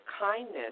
kindness